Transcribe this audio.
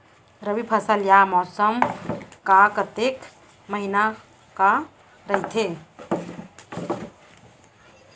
रबि फसल या मौसम हा कतेक महिना हा रहिथे?